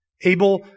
Abel